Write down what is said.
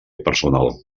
personal